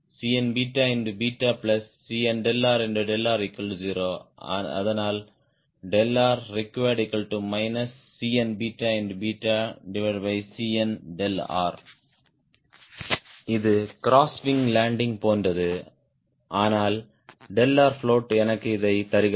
CnCnrr0 அதனால் required CnCnr இது cross wing lending போன்றது ஆனால் float எனக்கு இதைத் தருகிறது